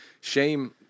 shame